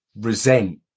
resent